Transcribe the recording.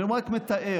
אני רק מתאר.